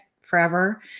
forever